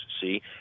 see